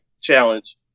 Challenge